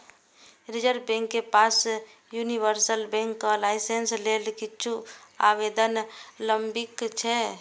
reserve bank के पास universal बैंकक लाइसेंस लेल किछु आवेदन लंबित छै